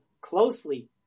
closely